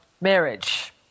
marriage